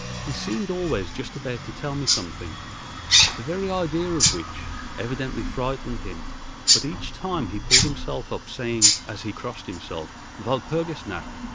he seemed always just about to tell me something the very idea of which evidently frightened him but each time he pulled himself up, saying, as he crossed himself walpurgis-nacht!